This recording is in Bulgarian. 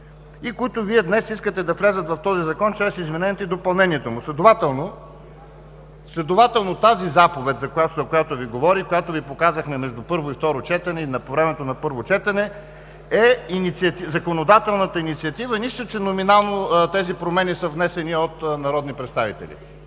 и които Вие днес искате да влязат в този Закон чрез изменението и допълнението му. Следователно, тази заповед, за която Ви говоря и която Ви показахме между първо и второ четене и по времето на първо четене, е законодателната инициатива и нищо, че номинално тези промени са внесени от народни представители.